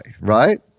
right